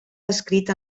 descrit